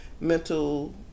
mental